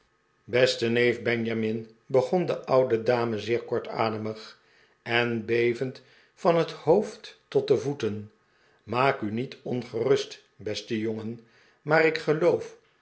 beste neef benjamin begon de oude dame zeer kortademig en be vend van het hoofd tot de voeten maak u niet ongerust beste jongen maar ik geloof